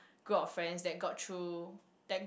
group of friends that got through that